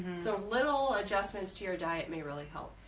so little adjustments to your diet may really help.